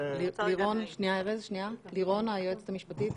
לירון, היועצת המשפטית.